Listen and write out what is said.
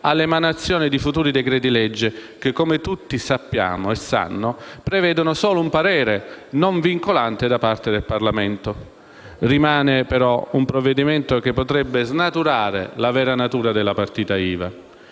all'emanazione di futuri decreti legislativi che - come tutti sanno - prevedono solo un parere, non vincolante, da parte del Parlamento. Rimane però un provvedimento che potrebbe snaturare la vera natura delle partite IVA.